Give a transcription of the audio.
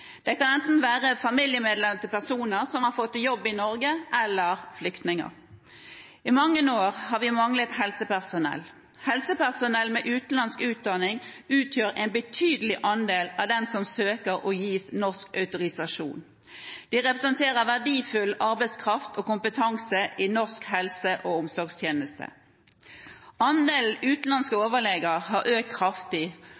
Det kan enten være familiemedlemmer til personer som har fått jobb i Norge, eller flyktninger. I mange år har vi manglet helsepersonell. Helsepersonell med utenlandsk utdanning utgjør en betydelig andel av dem som søker og gis norsk autorisasjon. De representerer verdifull arbeidskraft og kompetanse i norsk helse- og omsorgstjeneste. Andelen utenlandske